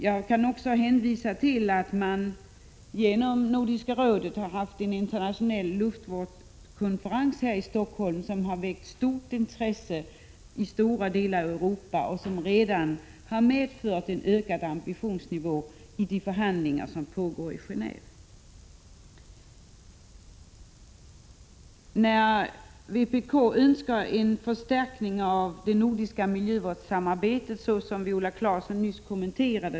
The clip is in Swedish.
Jag kan också nämna att Nordiska rådet har haft en internationell luftvårdskonferens här i Stockholm. Konferensen har väckt stort intresse i stora delar av Europa och har redan medfört en ökning av ambitionsnivån vid förhandlingarna i Geneve. Vpk önskar en förstärkning av det nordiska miljövårdssamarbetet, som Viola Claesson nyss kommenterade.